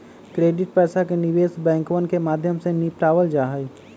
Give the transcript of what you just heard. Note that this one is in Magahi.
क्रेडिट पैसा के निवेश बैंकवन के माध्यम से निपटावल जाहई